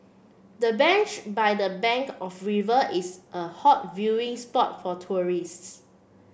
the bench by the bank of the river is a hot viewing spot for tourists